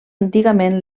antigament